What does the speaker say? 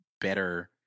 better